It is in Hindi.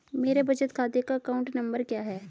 मेरे बचत खाते का अकाउंट नंबर क्या है?